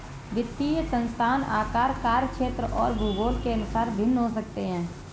वित्तीय संस्थान आकार, कार्यक्षेत्र और भूगोल के अनुसार भिन्न हो सकते हैं